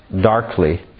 darkly